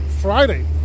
Friday